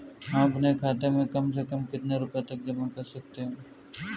हम अपने खाते में कम से कम कितने रुपये तक जमा कर सकते हैं?